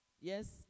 Yes